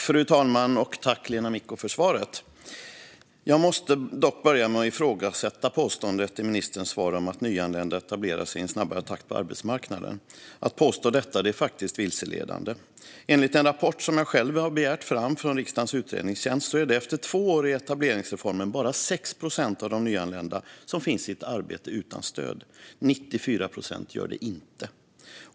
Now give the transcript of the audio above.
Fru talman! Tack, Lena Micko, för svaret! Jag måste dock börja med att ifrågasätta påståendet i ministerns svar att nyanlända etablerar sig i en snabbare takt på arbetsmarknaden. Det är faktiskt vilseledande att påstå detta. Enligt en rapport jag själv har begärt från riksdagens utredningstjänst är det efter två år i etableringsreformen bara 6 procent av de nyanlända som finns i ett arbete utan stöd. 94 procent gör det inte.